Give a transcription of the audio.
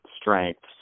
strengths